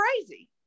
crazy